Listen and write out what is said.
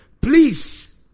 please